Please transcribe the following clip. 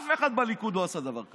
אף אחד בליכוד לא עשה דבר כזה,